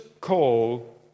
call